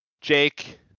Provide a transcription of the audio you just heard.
Jake